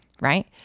right